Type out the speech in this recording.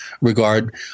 regard